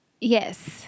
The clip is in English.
Yes